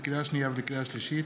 לקריאה שנייה ולקריאה שלישית,